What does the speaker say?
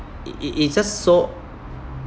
it it it's just so